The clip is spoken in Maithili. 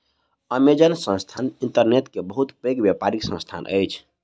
अमेज़न संस्थान इंटरनेट के बहुत पैघ व्यापारिक संस्थान अछि